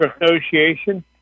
association